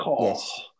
yes